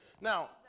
Now